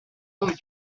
membre